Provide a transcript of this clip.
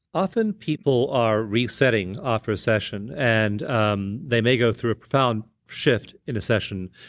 often, people are resetting ah after a session, and um they may go through a profound shift in a session,